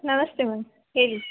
ನಮಸ್ತೆ ಮ್ಯಾಮ್ ಹೇಳಿ